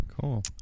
cool